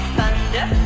Thunder